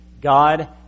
God